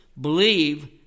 Believe